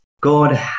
God